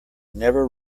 never